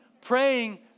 praying